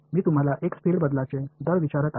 मी तुम्हाला x field बदलाचे दर विचारत आहे